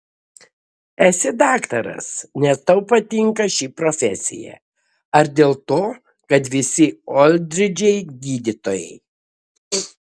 esi daktaras nes tau patinka ši profesija ar dėl to kad visi oldridžai gydytojai